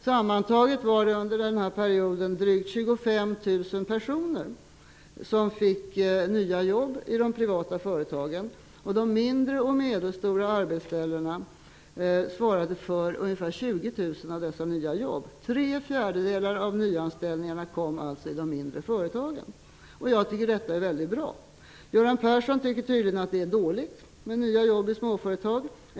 Sammantaget fick drygt 25 000 personer under denna period nya jobb i de privata företagen. De mindre och medelstora arbetsställena svarade för ungefär 20 000 av dessa nya jobb. Tre fjärdedelar av nyanställningarna skedde alltså i de mindre företagen. Jag tycker att detta är mycket bra. Göran Persson tycker tydligen att det är dåligt med nya jobb i småföretag.